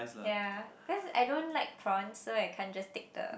ya cause I don't like prawns so I can't just take the